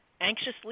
anxiously